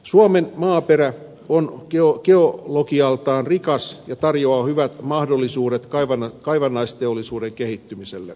suomen maaperä on geologialtaan rikas ja tarjoaa hyvät mahdollisuudet kaivannaisteollisuuden kehittymiselle